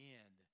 end